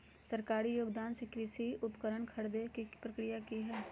सरकारी योगदान से कृषि उपकरण खरीदे के प्रक्रिया की हय?